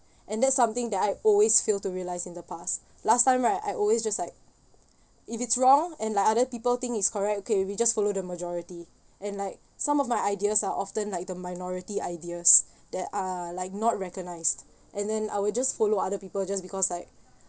and that's something that I always fail to realise in the past last time right I always just like if it's wrong and like other people think it's correct okay we just follow the majority and like some of my ideas are often like the minority ideas that are like not recognised and then I will just follow other people just because like